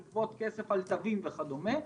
לגבות כסף על צווים וכדומה,